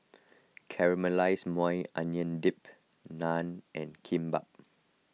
Caramelized Maui Onion Dip Naan and Kimbap